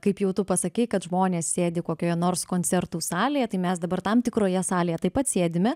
kaip jau tu pasakei kad žmonės sėdi kokioje nors koncertų salėje tai mes dabar tam tikroje salėje taip pat sėdime